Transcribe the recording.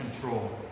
control